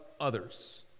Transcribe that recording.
others